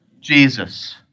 Jesus